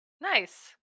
Nice